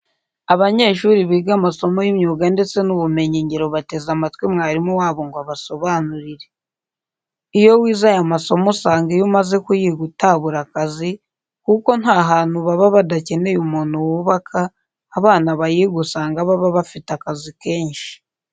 Abanyeshuri biga amasomo y'imyuga ndetse n'ubumenyi ngiro bateze amatwi mwarimu wabo ngo abasobanurire. Iyo wize aya masomo usanga iyo umaze kuyiga utabura akazi kuko nta hantu baba badakeneye umuntu wubaka, abana bayiga usanga baba bafite akazi kenshi.